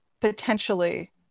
potentially